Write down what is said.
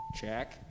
check